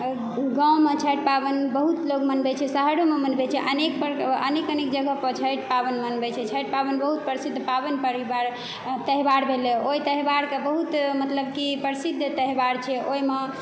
गाँवमे छठि पावनि बहुत लोग मनबै छै शहरोमे मनबै छै अनेक प्र अनेक अनेक जगह पर छठि पावनि मनबै छै छठि पावनि बहुत प्रसिद्ध पावनि परिवार त्यौहार भेलै ओहि त्यौहारके बहुत मतलब कि प्रसिद्ध त्यौहार छै ओहीमे